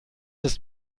ist